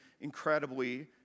incredibly